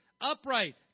Upright